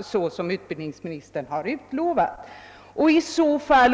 såsom utbildningsministern har utlovat?